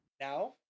now